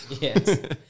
Yes